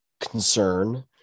concern